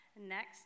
next